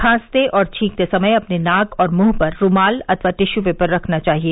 खांसते और छींकते समय अपने नाक और मुंह पर रूमाल अथवा टिश्यू पेपर रखना चाहिए